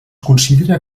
considera